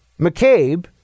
McCabe